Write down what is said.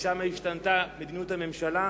ואז השתנתה מדיניות הממשלה.